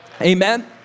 Amen